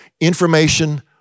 Information